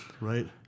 right